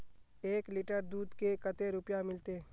एक लीटर दूध के कते रुपया मिलते?